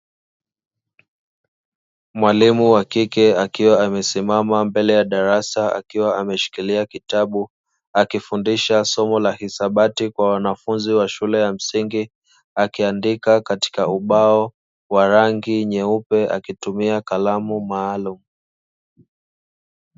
Mwalimu wa kike akiwa amesimama mbele ya darasa akiwa ameshikilia kitabu, akifundisha somo la hisabati kwa wanafunzi wa shule ya msingi, akiandika katika ubao wa rangi nyeupe akitumia kalamu maalumu.